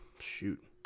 Shoot